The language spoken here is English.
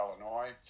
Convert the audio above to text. Illinois